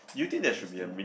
then just think lah